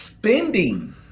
Spending